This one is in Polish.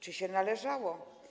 Czy się należało?